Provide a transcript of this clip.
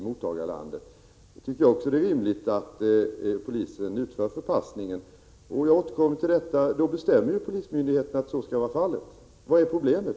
Jag tycker också det är rimligt att polisen då utför förpassningen, och därvid bestämmer polismyndigheterna att så skall ske. Vad är problemet?